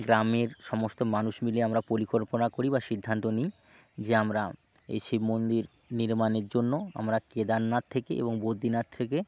গ্রামের সমস্ত মানুষ মিলে আমরা পরিকল্পনা করি বা সিদ্ধান্ত নিই যে আমরা এই শিব মন্দির নির্মাণের জন্য আমরা কেদারনাথ থেকে এবং বদ্রিনাথ থেকে